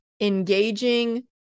engaging